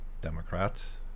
Democrats